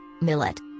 millet